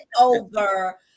over